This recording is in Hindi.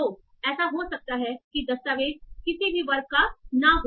तो ऐसा हो सकता है कि दस्तावेज़ किसी भी वर्ग का न हो